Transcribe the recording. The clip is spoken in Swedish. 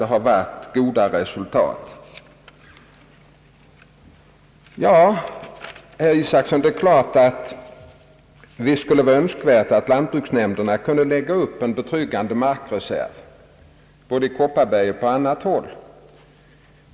Det är klart, herr Isacson, att det skulle vara önskvärt att lantbruksnämnderna kunde lägga upp en betryggande markreserv både i Kopparberg och på annat håll.